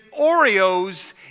Oreos